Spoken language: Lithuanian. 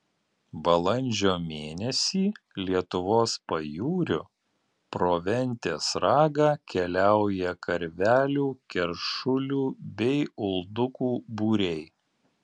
balandžio mėnesį lietuvos pajūriu pro ventės ragą keliauja karvelių keršulių bei uldukų būriai